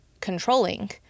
controlling